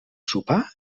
sopar